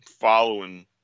following